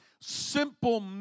simple